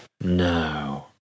No